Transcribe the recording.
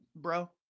Bro